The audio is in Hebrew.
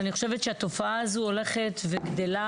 אני חושבת שהתופעה הזו הולכת וגדלה